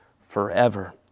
forever